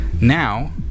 Now